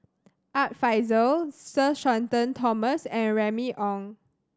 Art Fazil Sir Shenton Thomas and Remy Ong